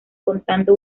contando